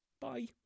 Bye